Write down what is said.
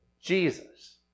Jesus